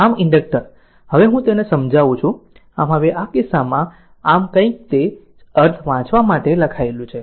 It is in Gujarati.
આમ ઇન્ડક્ટર હવે હું તેને સમજાવું છું આમ હવે આ કિસ્સામાં આમ કંઈક તે જ અર્થ વાંચવા માટે લખાયેલું છે